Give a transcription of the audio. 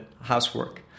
housework